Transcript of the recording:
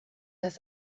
das